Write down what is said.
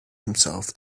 himself